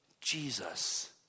Jesus